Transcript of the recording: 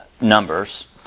numbers